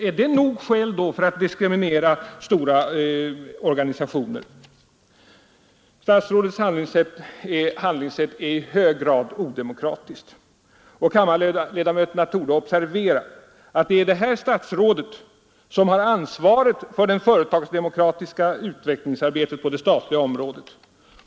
Är det nog skäl för att diskriminera stora organisationer? Statsrådets handlingssätt är i hög grad odemokratiskt, och kammarledamöterna torde observera att det är detta statsråd som har ansvaret för det företagsdemokratiska utvecklingsarbetet på det statliga området.